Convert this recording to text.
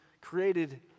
created